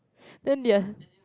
then their